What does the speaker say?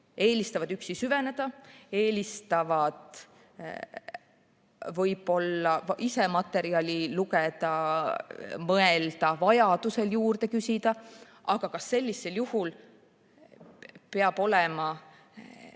eelistavad üksi süveneda, eelistavad võib-olla ise materjali lugeda, mõelda, vajaduse korral juurde küsida, aga kas sellisel juhul peab olema